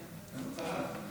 השר רוצה להתייחס.